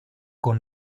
con